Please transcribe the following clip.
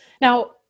Now